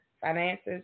finances